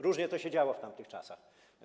Różnie to się działo w tamtych czasach.